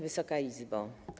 Wysoka Izbo!